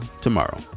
tomorrow